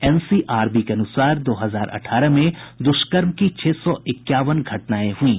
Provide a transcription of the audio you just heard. NCRB के अनुसार दो हजार अठारह में दुष्कर्म की छह सौ इक्यावन घटनाएं हुईं